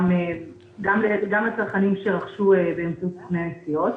גם לצרכנים שרכשו באמצעות סוכני נסיעות,